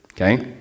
Okay